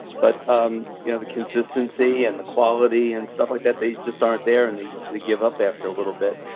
but um you know the consistency and the quality and stuff like that, they just aren't there and they give up after a little bit.